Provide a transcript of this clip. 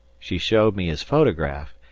she showed me his photograph,